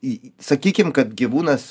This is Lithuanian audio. į sakykim kad gyvūnas